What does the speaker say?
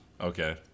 Okay